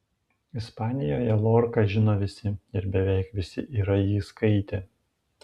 ispanijoje lorką žino visi ir beveik visi yra jį skaitę